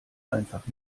einfach